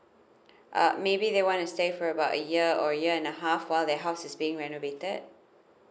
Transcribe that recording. uh maybe they want to stay for about a year or year and a half while their house is being renovated